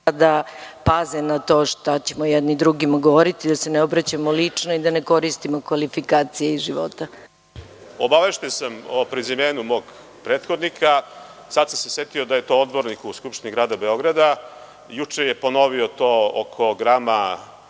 rada paze na to šta ćemo jedni drugima govoriti i da se ne obraćamo lično i da ne koristimo kvalifikacije iz života. **Zoran Živković** Obavešten sam o prezimenu mog prethodnika, sada sam se setio da je to odbornik u Skupštini grada Beograda, juče je ponovio to oko grama